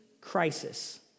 crisis